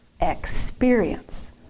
experience